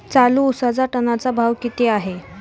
चालू उसाचा टनाचा भाव किती आहे?